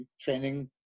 training